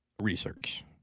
research